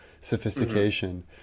sophistication